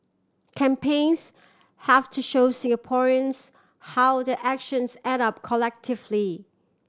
campaigns have to show Singaporeans how their actions add up collectively